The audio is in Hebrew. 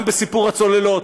גם בסיפור הצוללות,